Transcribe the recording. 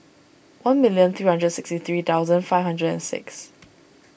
one million three hundred sixty three thousand five hundred and six